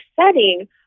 setting